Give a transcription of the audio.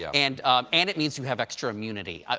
yeah and and it means you have extra immunity,